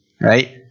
right